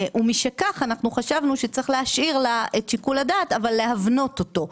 ומשכך חשבנו שצריך להשאיר לה את שיקול הדעת אבל להבנות אותו,